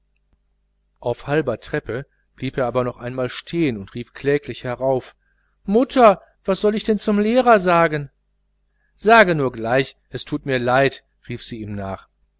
auf halber treppe blieb er aber noch einmal stehen und rief kläglich herauf mutter was soll ich denn zum lehrer sagen sage nur gleich es tut mir leid rief sie ihm nach